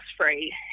free